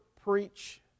preach